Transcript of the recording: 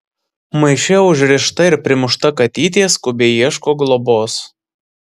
maiše užrišta ir primušta katytė skubiai ieško globos